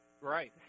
Right